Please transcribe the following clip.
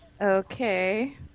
Okay